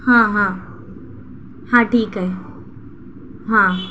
ہاں ہاں ہاں ٹھیک ہے ہاں